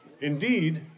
Indeed